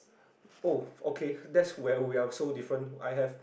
oh okay that's where we are so different I have